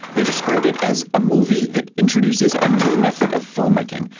they described it as a movie that introduces a new method of film-making,